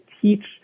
teach